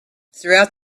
throughout